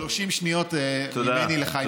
30 שניות ממני לחיים ילין.